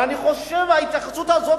אני חושב שההתייחסות הזאת